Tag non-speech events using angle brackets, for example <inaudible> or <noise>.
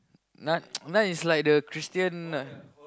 nun <noise> nun is like the Christian